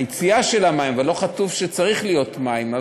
יציאה של המים, אבל לא כתוב שצריכים להיות מים.